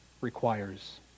requires